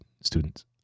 students